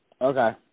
Okay